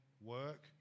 work